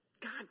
God